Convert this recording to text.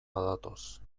badatoz